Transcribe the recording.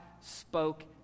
spoke